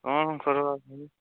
କ'ଣ କରବା